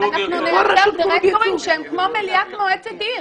אנחנו נמנה דירקטורים שהם כמו מליאת מועצת עיר,